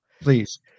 Please